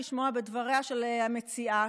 לשמוע בדבריה של המציעה,